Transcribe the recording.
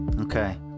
Okay